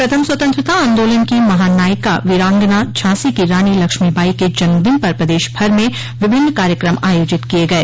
प्रथम स्वतंत्रता आन्दोलन की महानायिका वीरांगना झांसी की रानी लक्ष्मीबाई के जन्मदिन पर प्रदेश भर में विभिन्न कार्यक्रम आयोजित किये गये